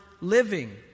living